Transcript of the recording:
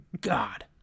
God